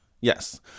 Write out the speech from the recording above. Yes